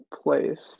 place